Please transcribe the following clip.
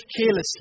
carelessly